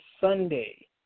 Sunday